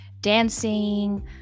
dancing